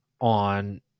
On